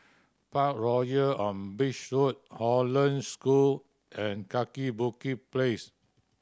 Parkroyal on Beach Road Hollandse School and Kaki Bukit Place